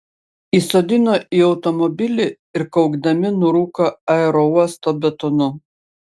įsodino į automobilį ir kaukdami nurūko aerouosto betonu